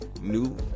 new